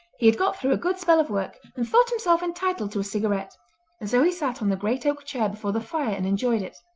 he had got through a good spell of work, and thought himself entitled to a cigarette and so he sat on the great oak chair before the fire and enjoyed it.